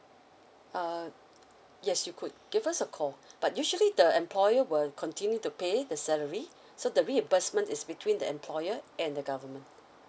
uh yes you could give us a call but usually the employer will continue to pay the salary so the reimbursement is between the employer and the government